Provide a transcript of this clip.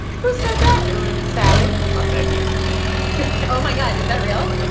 who said that, arun and sally? aunt becky oh, my god. is that real?